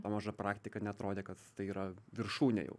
ta maža praktika neatrodė kad tai yra viršūnė jau